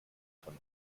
von